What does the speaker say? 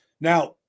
Now